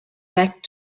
back